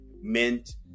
Mint